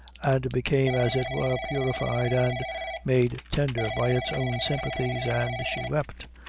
and became, as it were, purified and made tender by its own sympathies, and she wept.